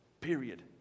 Period